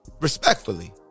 Respectfully